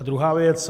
Druhá věc.